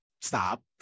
stop